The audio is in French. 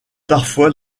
parfois